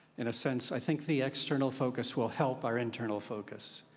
in a sense. i think the external focus will help our internal focus.